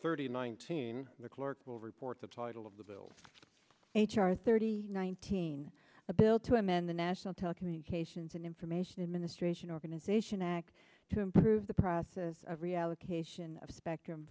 thirty nineteen the clerk will report the title of the bill h r thirty nineteen a bill to amend the national telecommunications and information administration organization act to improve the process of reallocation of spectrum